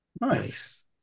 Nice